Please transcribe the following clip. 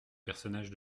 personnage